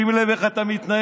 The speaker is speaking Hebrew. שים לב איך אתה מתנהל,